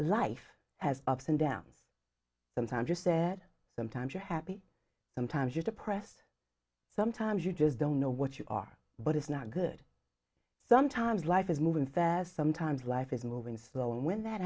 life has ups and downs sometimes you said sometimes you're happy sometimes you're depressed sometimes you just don't know what you are but it's not good sometimes life is moving fast sometimes life is moving slow and when that